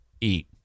Eat